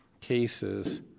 cases